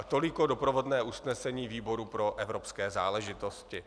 Tolik doprovodné usnesení výboru pro evropské záležitosti.